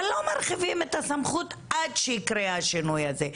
אבל לא מרחיבים את הסמכות עד שיקרה השינוי הזה.